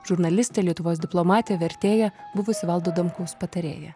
žurnalistė lietuvos diplomatė vertėja buvusi valdo adamkaus patarėja